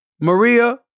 Maria